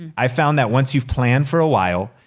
i found that once you've planned for a while,